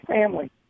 family